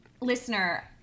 Listener